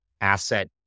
asset